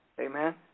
Amen